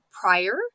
prior